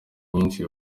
nyinshi